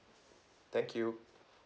thank you